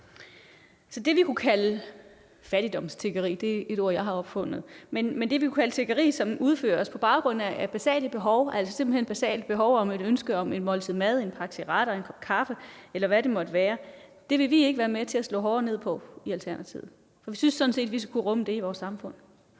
Det, vi kunne kalde tiggeri, som udføres på baggrund af basale behov, altså et ønske om et måltid, en pakke cigaretter, en kop kaffe, eller hvad det måtte være, vil vi ikke være med til at slå hårdere ned på i Alternativet. Alternativet synes sådan set, vi skal kunne rumme det i vores samfund.